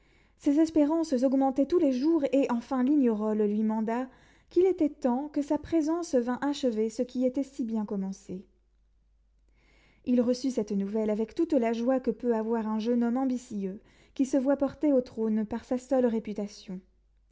ses espérances augmentaient tous les jours et enfin lignerolles lui manda qu'il était temps que sa présence vînt achever ce qui était si bien commencé il reçut cette nouvelle avec toute la joie que peut avoir un jeune homme ambitieux qui se voit porté au trône par sa seule réputation